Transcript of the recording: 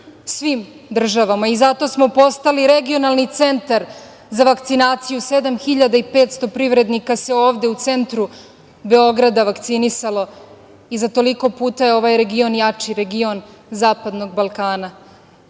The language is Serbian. svim država. Zato smo postali regionalni centar za vakcinaciju, 7.500 privrednika se ovde u centru Beograda vakcinisalo i za toliko puta je ovaj region jači, region zapadnog Balkana. Rekoh,